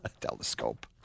telescope